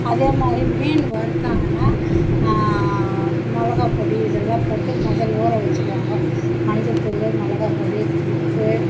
அதே மாதிரி மீன் வறுத்தாங்கன்னால் மிளகா பொடி இதெல்லாம் போட்டு முதல் ஊற வெச்சுடுவாங்கோ மஞ்சள் தூள் மிளகா பொடி ஸ் உப்பு